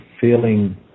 feeling